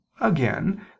Again